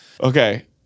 Okay